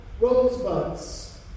rosebuds